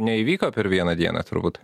neįvyko per vieną dieną turbūt